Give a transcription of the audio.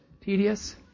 tedious